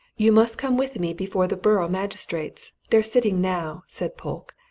you must come with me before the borough magistrates they're sitting now, said polke,